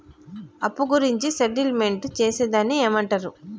అప్పు గురించి సెటిల్మెంట్ చేసేదాన్ని ఏమంటరు?